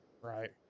Right